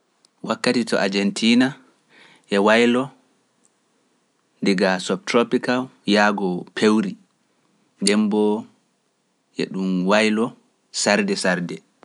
Wakkati to Ajentiina e waylo diga sop tropika yaago pewri, ɗemmboo e ɗum waylo sarde sarde.